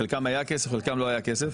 לחלקם היה כסף, לחלקם לא היה כסף.